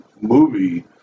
movie